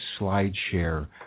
SlideShare